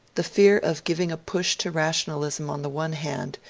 the fear of giving a push to rationalism on the one hand,